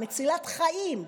מצילת חיים.